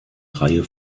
reihe